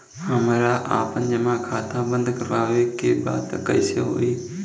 हमरा आपन जमा खाता बंद करवावे के बा त कैसे होई?